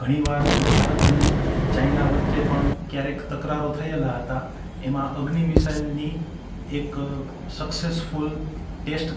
ઘણી વાર ભારત અને ચાઈના વચ્ચે પણ ક્યારેક તકરારો થયેલા હતા એમાં અગ્નિ મિસાઇલની એક સક્સેસફૂલ ટેસ્ટ